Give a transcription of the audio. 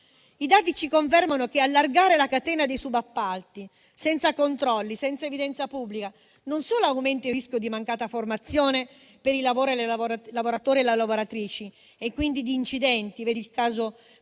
I dati ci confermano che allargare la catena dei subappalti senza controlli, senza evidenza pubblica, non solo aumenta il rischio di mancata formazione per i lavoratori e le lavoratrici e quindi di incidenti (si veda il caso di Firenze),